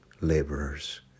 laborers